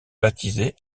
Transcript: baptiser